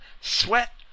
sweat